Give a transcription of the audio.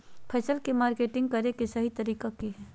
फसल के मार्केटिंग करें कि सही तरीका की हय?